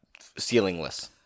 ceilingless